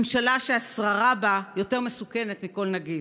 ממשלה שהשררה בה יותר מסוכנת מכל נגיף.